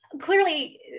Clearly